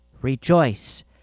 rejoice